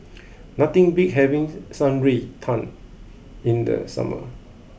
nothing beats having Shan Rui Tang in the summer